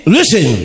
Listen